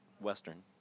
western